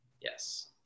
Yes